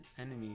enemy